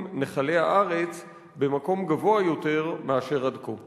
נחלי הארץ במקום גבוה יותר מאשר עד כה?